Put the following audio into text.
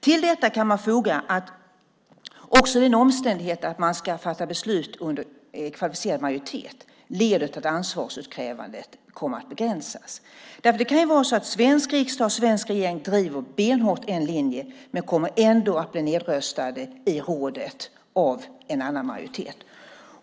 Till detta kan man foga att också den omständigheten att man ska fatta beslut med kvalificerad majoritet leder till att ansvarsutkrävandet kommer att begränsas. Det kan ju vara så att svensk riksdag och svensk regering benhårt driver en linje men ändå kommer att bli nedröstade i rådet av en annan majoritet.